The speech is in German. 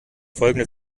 folgen